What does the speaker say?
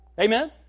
Amen